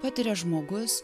patiria žmogus